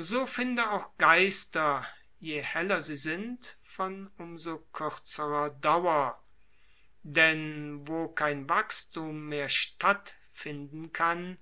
so find auch geister je heller sie sind von um so kürzerer dauer denn wo kein wachsthum statt finden kann